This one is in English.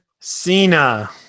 Cena